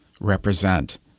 represent